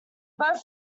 both